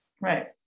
right